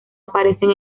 aparecen